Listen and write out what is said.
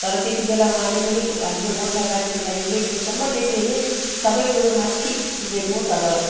तर त्यति बेला उहाँले पनि हाम्रो गोर्खा जातिको लागि लेख्नुसम्म लेख्यो अरे सबै कुरो माथि पुगेको तर